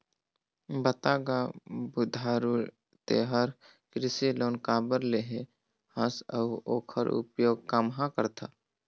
बता गा बुधारू ते हर कृसि लोन काबर लेहे हस अउ ओखर उपयोग काम्हा करथस